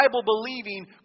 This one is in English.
Bible-believing